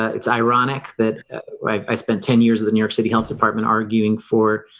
ah it's ironic that like i spent ten years of the new york city health department arguing for